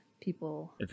people